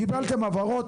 קיבלתם הבהרות.